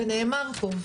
נאמר פה,